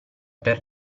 per